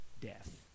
death